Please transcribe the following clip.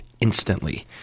instantly